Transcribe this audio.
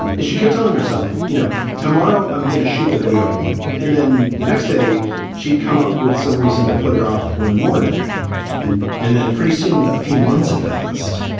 she kept telling herself, you know, tomorrow i'm gonna shoot the video i need. and then the next day she'd come up with some reason to put it off one more day and then pretty soon a few months it passed